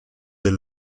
del